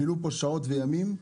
בילו פה שעות וימים,